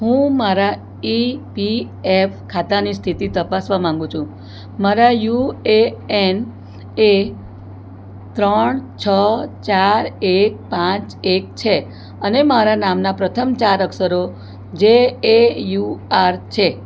હું મારા E P F ખાતાની સ્થિતિ તપાસવા માગું છું મારા યુ એ એન એ ત્રણ છ ચાર એક પાંચ એક છે અને મારા નામના પ્રથમ ચાર અક્ષરો જે એ યુ આર છે